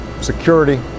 security